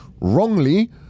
wrongly